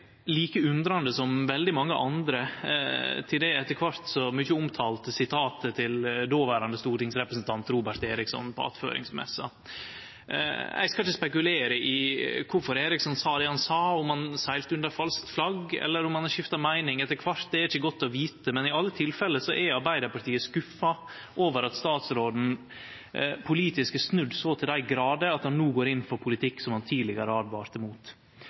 like undrande som veldig mange andre til det etter kvart så mykje omtala sitatet til dåverande stortingsrepresentant Robert Eriksson på attføringsmessa. Eg skal ikkje spekulere i kvifor Eriksson sa det han sa – om han segla under falskt flagg eller om han har skifta meining etter kvart. Det er det ikkje godt å vite, men i alle tilfelle er Arbeidarpartiet skuffa over at statsråden politisk har snudd så til dei grader at han no går inn for politikk som han tidlegare åtvara mot. I denne saka har